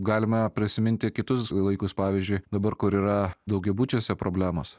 galime prisiminti kitus laikus pavyzdžiui dabar kur yra daugiabučiuose problemos